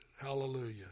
Hallelujah